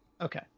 okay